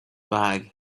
bag